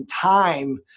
time